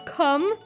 come